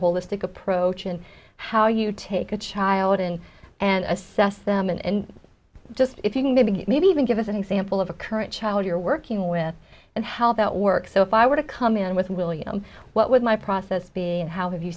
holistic approach in how you take a child in and assess them and just if you can to get maybe even give us an example of a current child you're working with and how that works so if i were to come in with william what would my profits be and how have you